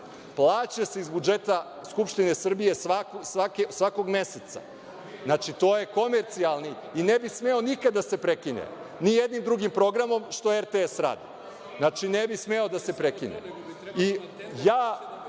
plaća se iz budžeta Skupštine Srbije svakog meseca. Znači, to je komercijalni i ne bi smeo nikad da se prekine ni jednim drugim programom, što RTS radi. Znači, ne bi smeo da se